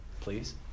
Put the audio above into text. please